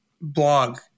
blog